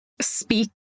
speak